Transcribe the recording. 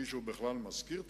מישהו בכלל מזכיר?